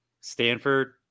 Stanford